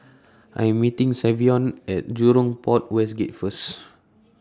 I Am meeting Savion At Jurong Port West Gate First